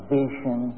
vision